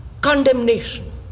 condemnation